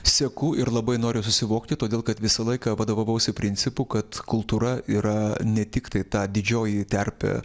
seku ir labai noriu susivokti todėl kad visą laiką vadovavausi principu kad kultūra yra ne tiktai ta didžioji terpė